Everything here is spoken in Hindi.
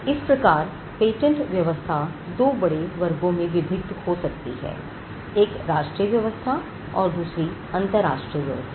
इस प्रकार पेटेंट व्यवस्था दो बड़े वर्गों में विभक्त हो सकती है एक राष्ट्रीय व्यवस्था और दूसरी अंतरराष्ट्रीय व्यवस्था